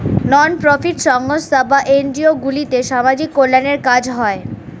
নন profit সংস্থা বা NGO গুলোতে সামাজিক কল্যাণের কাজ হয়